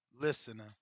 listener